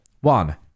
One